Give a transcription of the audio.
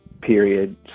period